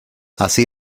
así